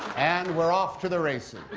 and we're off to the races.